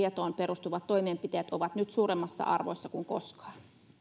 tietoon perustuvat toimenpiteet ovat nyt suuremmassa arvossa kuin koskaan